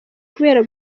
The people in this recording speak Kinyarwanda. kubera